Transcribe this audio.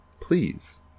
please